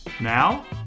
Now